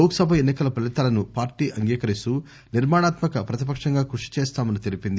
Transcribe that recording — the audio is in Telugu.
లోక్ సభ ఎన్సి కల ఫలితాలను పార్టీ అంగీకరిస్తూ నిర్మాణాత్మక ప్రతిపక్షంగా కృషి చేస్తామని తెలిపింది